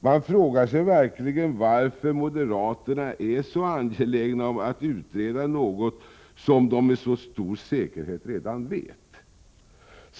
Man frågar sig verkligen varför moderaterna är så angelägna om att utreda något som de med så stor säkerhet redan vet.